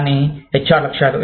దాని H R లక్ష్యాలు